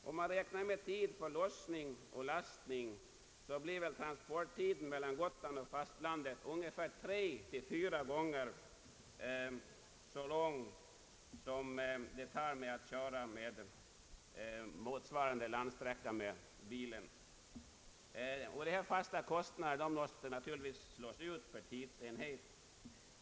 Om man räknar med tid för lastning och lossning blir transporttiden mellan Gotland och fastlandet ungefär 3—4 gånger så lång som med bil på motsvarande landsträcka. De fasta kostnaderna måste ju slås ut per tidsenhet.